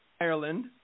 Ireland